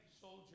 soldier